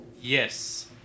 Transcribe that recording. Yes